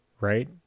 right